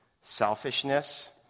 Selfishness